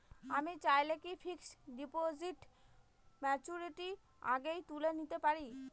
আমি চাইলে কি ফিক্সড ডিপোজিট ম্যাচুরিটির আগেই তুলে নিতে পারি?